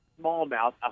smallmouth